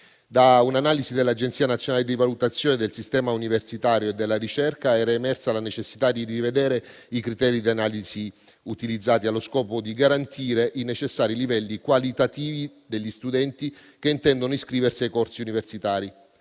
Da un'analisi dell'Agenzia nazionale di valutazione del sistema universitario e della ricerca era emersa la necessità di rivedere i criteri di analisi utilizzati allo scopo di garantire i necessari livelli qualitativi degli studenti che intendono iscriversi ai corsi universitari.